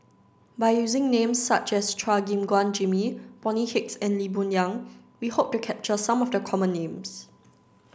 by using names such as Chua Gim Guan Jimmy Bonny Hicks and Lee Boon Yang we hope to capture some of the common names